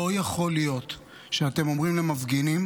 לא יכול להיות שאתם אומרים למפגינים